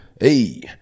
Hey